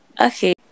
Okay